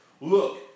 look